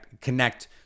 connect